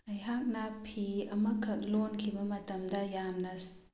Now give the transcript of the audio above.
ꯑꯩꯍꯥꯛꯅ ꯐꯤ ꯑꯃꯈꯛ ꯂꯣꯟꯈꯤꯕ ꯃꯇꯝꯗ ꯌꯥꯝꯅ